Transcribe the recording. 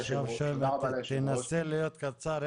תנסה להיות קצר,